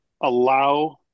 allow